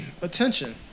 attention